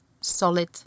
solid